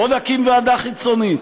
בואו נקים ועדה חיצונית,